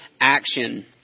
action